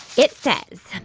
it says,